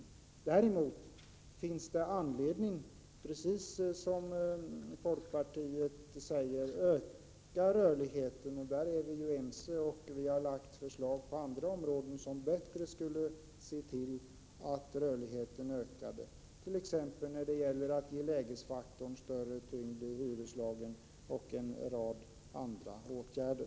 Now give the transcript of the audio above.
151 Däremot finns det anledning att, precis som folkpartiet säger, öka rörligheten. På den punkten är vi ju överens. Vi har lagt fram förslag på andra områden som bättre skulle se till att rörligheten ökade, t.ex. när det gäller att ge lägesfaktorn större tyngd i hyreslagen och en rad andra åtgärder.